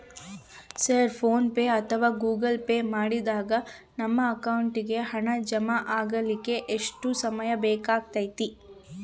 Sir PhonePe ಅಥವಾ Google Pay ಮಾಡಿದಾಗ ನಮ್ಮ ಅಕೌಂಟಿಗೆ ಹಣ ಜಮಾ ಆಗಲಿಕ್ಕೆ ಎಷ್ಟು ಸಮಯ ಬೇಕಾಗತೈತಿ?